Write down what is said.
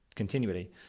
Continually